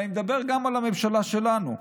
ואני מדבר גם על הממשלה שלנו,